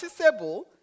noticeable